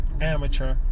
amateur